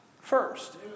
first